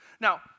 Now